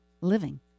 living